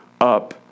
up